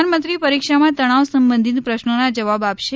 પ્રધાનમંત્રી પરીક્ષામાં તણાવ સંબંધિત પ્રશ્નોના જવાબ આપશે